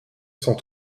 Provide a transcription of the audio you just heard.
cent